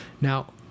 Now